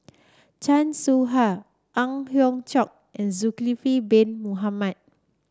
Chan Soh Ha Ang Hiong Chiok and Zulkifli Bin Mohamed